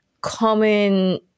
common